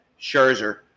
Scherzer